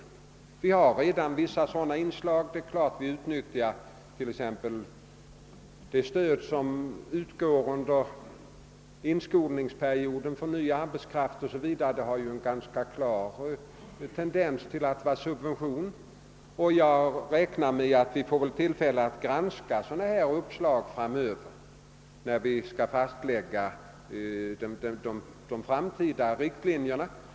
Det förekommer redan vissa inslag av denna typ. Vi utnyttjar t.ex. det stöd, som utgår under inskolningsperioden för ny arbetskraft, och det har en ganska klar karaktär av subvention. Jag räknar med att vi kommer att få tillfälle att granska förslag av denna typ framöver när vi skall fastlägga de framtida riktlinjerna.